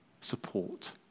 support